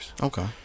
Okay